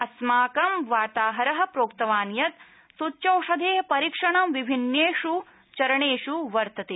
अस्माकं वार्ताहर प्रोक्तवान् यत् सूच्यौषधे परीक्षणं विभिन्नेष् चरणेष् वर्तते